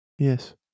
Yes